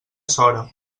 sora